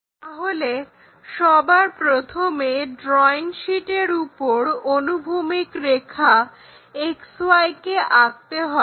তাহলে সবার প্রথমে ড্রয়িং শীটের উপর অনুভূমিক রেখা XY কে আঁকতে হবে